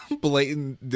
blatant